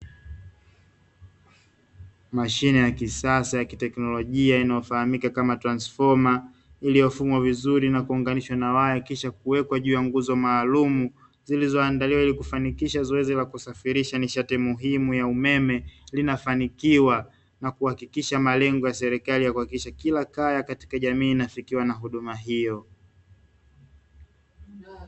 Mashine ya kisasa ya teknolojia, inayofahamika kama transfoma, iliyofungwa vizuri na kuunganishwa na waya, kisha kuwekwa juu ya nguzo maalumu zilizoandaliwa ili kufanikisha zoezi la kusafirisha nishati muhimu ya umeme linafanikiwa na kuhakikisha malengo ya serikali ya kuhakikisha kila kaya katika jamii inafikiwa na huduma hiyo.